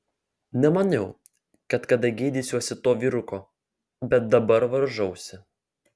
nemaniau kad kada gėdysiuosi to vyruko bet dabar varžausi